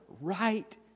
right